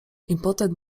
impotent